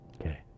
Okay